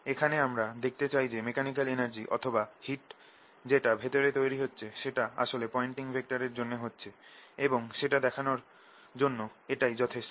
এখানে আমরা দেখাতে চাই যে মেকানিকাল এনার্জি অথবা হিট যেটা ভেতরে তৈরি হচ্ছে সেটা আসলে পয়েন্টিং ভেক্টর এর জন্য হচ্ছে এবং সেটা দেখানর জন্য এটা যথেষ্ট